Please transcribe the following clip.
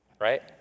Right